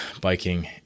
biking